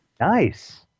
Nice